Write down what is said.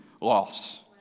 loss